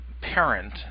Parent